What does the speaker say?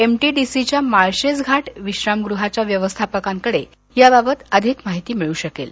M T D C च्या माळशेजघाट विश्रामगुहाच्या व्यवस्थापकांकडे याबाबत अधिक माहिती मिळू शकेल